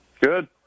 Good